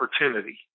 opportunity